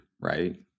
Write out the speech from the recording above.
right